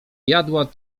jadła